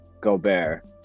Gobert